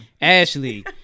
Ashley